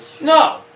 No